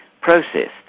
processed